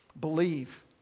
believe